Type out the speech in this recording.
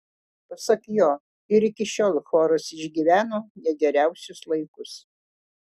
pasak jo ir iki šiol choras išgyveno ne geriausius laikus